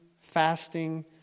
fasting